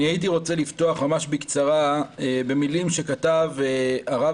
הייתי רוצה לפתוח ממש בקצרה במילים שכתב הרב